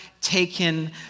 taken